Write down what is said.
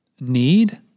need